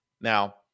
Now